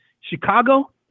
Chicago